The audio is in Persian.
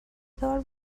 دار